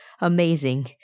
Amazing